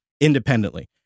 independently